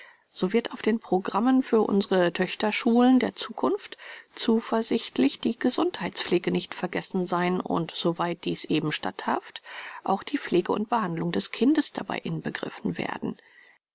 so wird auf den programmen für unsre töchterschulen der zukunft zuversichtlich die gesundheitspflege nicht vergessen sein und so weit dies eben statthaft auch die pflege und behandlung des kindes dabei inbegriffen werden